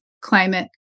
climate